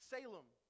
Salem